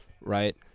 right